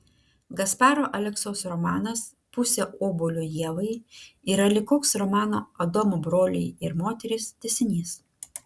gasparo aleksos romanas pusė obuolio ievai yra lyg koks romano adomo broliai ir moterys tęsinys